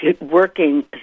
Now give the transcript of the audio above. working